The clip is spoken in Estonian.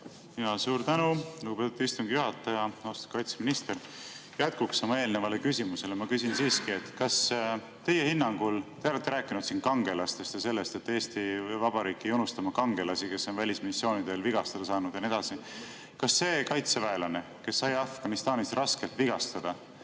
Suur tänu, lugupeetud istungi juhataja! Austatud kaitseminister! Jätkuks oma eelmisele küsimusele ma küsin siiski teie hinnangut. Te olete rääkinud siin kangelastest ja sellest, et Eesti Vabariik ei unusta oma kangelasi, kes on välismissioonidel vigastada saanud, ja nii edasi. Kas see kaitseväelane, kes sai Afganistanis raskelt vigastada,